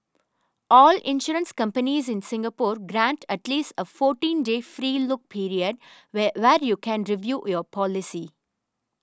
all insurance companies in Singapore grant at least a fourteen day free look period where where you can review your policy